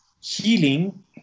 healing